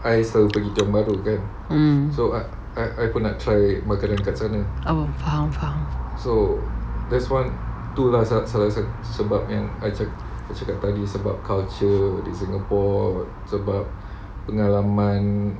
mm oh faham faham